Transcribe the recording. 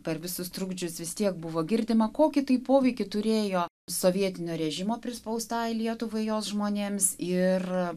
per visus trukdžius vis tiek buvo girdima kokį tai poveikį turėjo sovietinio režimo prispaustai lietuvai jos žmonėms ir